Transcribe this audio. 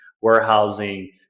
warehousing